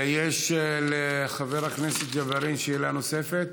יש לחבר הכנסת ג'בארין שאלה נוספת?